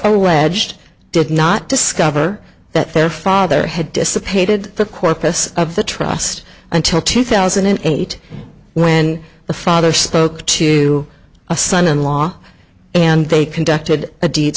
alleged did not discover that their father had dissipated the corpus of the trust until two thousand and eight when the father spoke to a son in law and they conducted a dee